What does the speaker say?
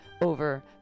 over